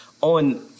on